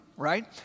right